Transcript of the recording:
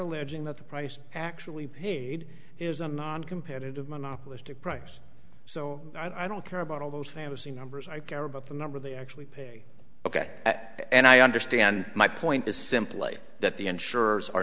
alleging that the price actually paid is a non competitive monopolistic price so i don't care about all those fantasy numbers i care about the number they actually pay ok and i understand my point is simply that the insurers